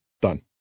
Done